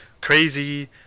crazy